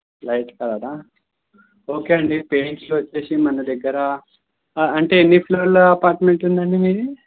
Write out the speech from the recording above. light కలరా okay అండి paints వచ్చేసి మన దగ్గర అంటే ఎన్ని ఫ్లోర్ల అపార్ట్మెంట్ ఉందండి మీది